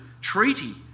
treaty